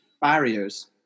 barriers